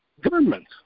government